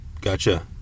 gotcha